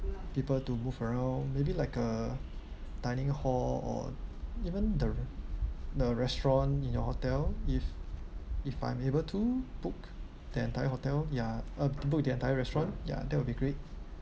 people to move around maybe like a dining hall or even the the restaurant in your hotel if if I'm able to book the entire hotel ya uh book the entire restaurant ya that will be great